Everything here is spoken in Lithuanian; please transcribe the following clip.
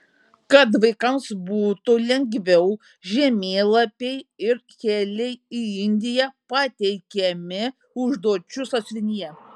kad vaikams būtų lengviau žemėlapiai ir keliai į indiją pateikiami užduočių sąsiuvinyje